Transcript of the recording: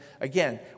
again